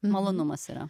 malonumas yra